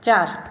चारि